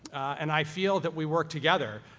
and i feel that we work together,